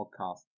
podcast